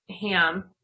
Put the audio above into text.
ham